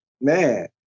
Man